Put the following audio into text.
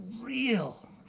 real